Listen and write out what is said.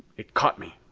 it caught me.